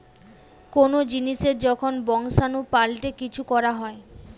কোন জিনিসের যখন বংশাণু পাল্টে কিছু করা হয়